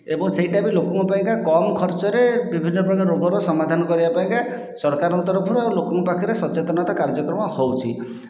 ଏବଂ ସେଇଟା ବି ଲୋକଙ୍କ ପାଇଁକା କମ୍ ଖର୍ଚ୍ଚ ରେ ବିଭିନ୍ନ ପ୍ରକାର ରୋଗର ସମାଧାନ କରିବା ପାଇଁ ସରକାରଙ୍କ ତରଫରୁ ଆଉ ଲୋକଙ୍କ ପାଖରେ ସଚେତନତା କାର୍ଯ୍ୟକ୍ରମ ହେଉଛି